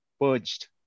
purged